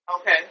Okay